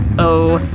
oh!